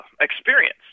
experience